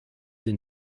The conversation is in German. den